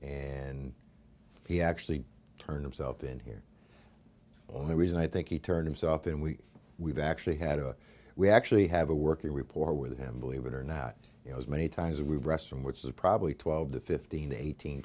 and he actually turned himself in here on the reason i think he turned himself in we we've actually had a we actually have a working reporter with him believe it or not you know as many times we rest from which is probably twelve to fifteen eighteen